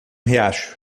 riacho